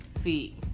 feet